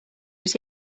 was